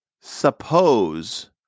suppose